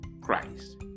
christ